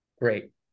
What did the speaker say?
Great